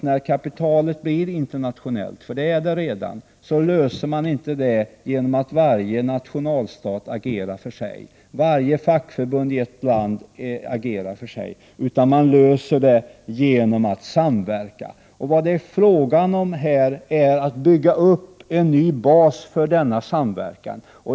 När kapitalet blir internationellt, vilket det redan är, löser man inte denna fråga genom att varje nationalstat agerar för sig och att varje fackförbund i ett land agerar för sig, utan man löser denna fråga genom att samverka. Vad det är fråga om i detta sammanhang är att bygga upp en ny bas för denna samverkan.